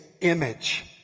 image